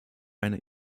eine